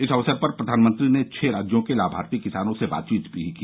इस अवसर पर प्रधानमंत्री ने छह राज्यों के लामार्थी किसानों से बातचीत भी की